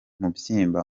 mubyimba